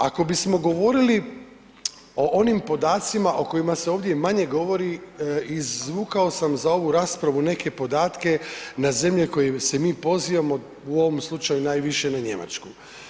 Ako bismo govorili o onim podacima o kojima se ovdje i manje govori izvukao sam za ovu raspravu neke podatke na zemlje koje se mi pozivamo u ovom slučaju najviše na Njemačku.